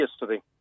yesterday